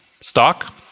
stock